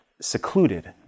secluded